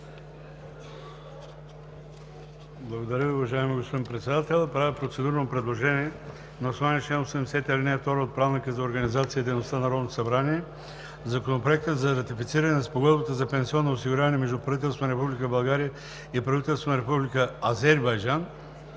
Благодаря, уважаеми господин Председател. Правя процедурно предложение на основание чл. 80, ал. 2 от Правилника за организацията и дейността на Народното събрание Законопроектът за ратифициране на Спогодбата за пенсионно осигуряване между правителството на Република България и правителството на Република Азербайджан